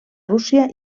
rússia